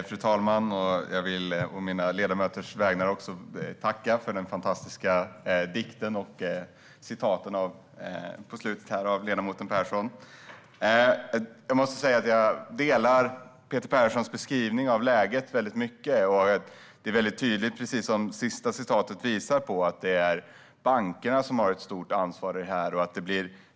Fru talman! Jag vill å Vänsterpartiets ledamöters vägnar tacka för den fantastiska dikten och citatet som ledamot Persson framförde i slutet. Jag delar Peter Perssons beskrivning av läget. Som slutorden visar är det tydligt att bankerna har ett stort ansvar i detta.